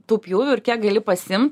tų pjūvių ir kiek gali pasiim